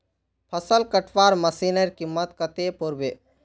फसल कटवार मशीनेर कीमत कत्ते पोर बे